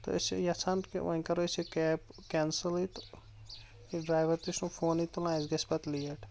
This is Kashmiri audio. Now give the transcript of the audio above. تہٕ أسۍ چھِ یِژھان کہِ وۄنۍ کَرو أسۍ یہِ کیب کیٚنسلٕے یہِ ڈرایو تہِ چھُنہٕ فونٕے تُلان اَسہِ گژھِ پَتہٕ لیٹ